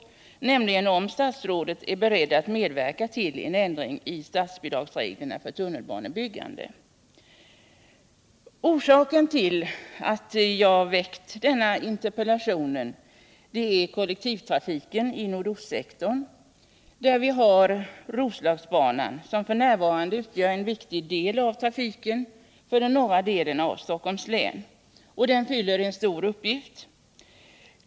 Orsaken till att jag framställt denna interpellation är kollektivtrafiken i nordostsektorn, där vi har Roslagsbanan som f.n. utgör en viktig del av trafiken för den norra delen av Stockholms län. Den fyller en stor uppgift.